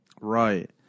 Right